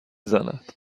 زند